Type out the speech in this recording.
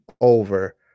over